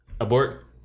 Abort